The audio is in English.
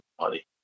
money